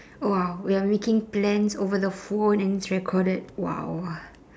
!wow! we are making plans over the phone and it's recorded !wow!